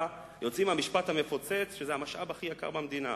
יוצאים מהמשפט שזה המשאב הכי יקר במדינה,